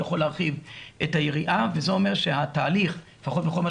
הוא יכול להרחיב את היריעה וזה אומר שהתהליך לפחות בכל מה